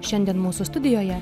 šiandien mūsų studijoje